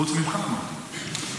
חוץ ממך, אמרתי.